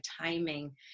timing